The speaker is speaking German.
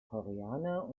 koreaner